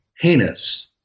heinous